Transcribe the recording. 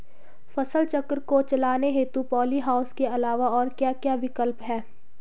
फसल चक्र को चलाने हेतु पॉली हाउस के अलावा और क्या क्या विकल्प हैं?